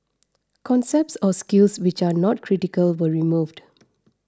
concepts or skills which are not critical were removed